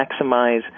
maximize